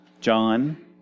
John